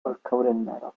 metal